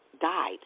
died